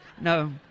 no